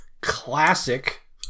Classic